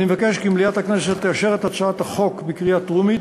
אני מבקש כי מליאת הכנסת תאשר את הצעת החוק בקריאה טרומית